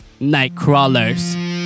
Nightcrawlers